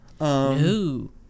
No